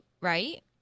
right